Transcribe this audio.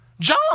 John